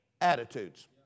Attitudes